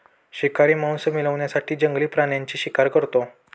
शिकारी मांस मिळवण्यासाठी जंगली प्राण्यांची शिकार करतो